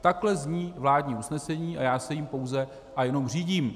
Takhle zní vládní usnesení a já se jím pouze a jenom řídím.